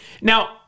now